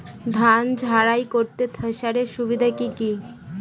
ধান ঝারাই করতে থেসারের সুবিধা কি কি?